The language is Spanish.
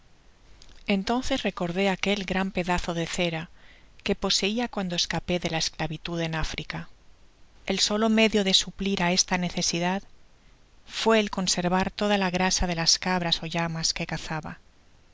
entonces recordé aquel gran pedazo de cera que poseia cuando escape de la esclavitud en africa el solo medio de suplir á esta necesidad fué el conservar toda la grasa de las cabras ó llamas que cazaba